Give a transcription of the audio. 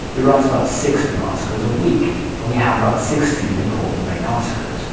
we write about six new articles a week and we have about sixteen important main articles.